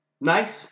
nice